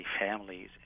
families